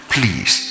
Please